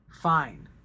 fine